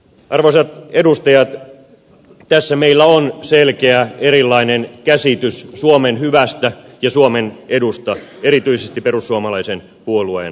arvoisat edustajat tässä meillä on selkeä erilainen käsitys suomen hyvästä ja suomen edusta erityisesti perussuomalaisen puolueen kanssa